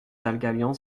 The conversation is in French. dalgalian